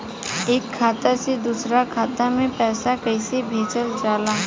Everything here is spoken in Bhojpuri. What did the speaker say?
एक खाता से दूसरा खाता में पैसा कइसे भेजल जाला?